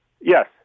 Yes